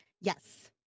Yes